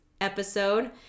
episode